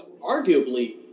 arguably